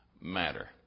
matter